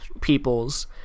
peoples